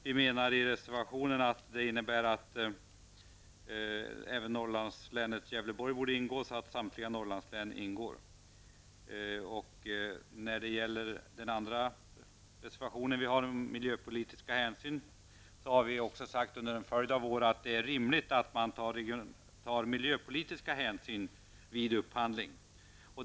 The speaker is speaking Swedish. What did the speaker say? Vi menar i vår reservation att detta innebär att även Gävleborgs län bör ingå, så att samtliga När det gäller den andra reservationen, om miljöpolitiska hänsyn, har vi under en följd av år sagt att det är rimligt att man tar miljöpolitiska hänsyn vid upphandling.